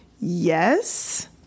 yes